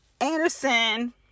anderson